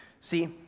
See